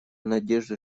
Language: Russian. надежду